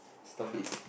stop it